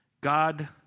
God